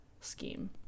scheme